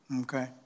okay